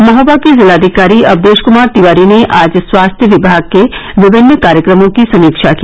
महोबा के जिलाधिकारी अवधेश कुमार तिवारी ने आज स्वास्थ्य विमाग के विभिन्न कार्यक्रमों की समीक्षा की